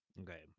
Okay